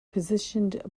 positioned